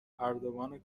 اردوان